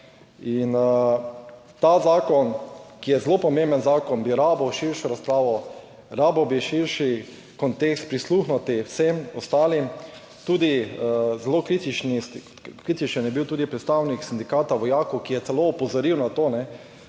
In ta zakon, ki je zelo pomemben zakon bi rabil širšo razpravo, rabil bi širši kontekst, prisluhniti vsem ostalim. Tudi zelo kritičen je bil tudi predstavnik Sindikata vojakov, ki je celo opozoril na to,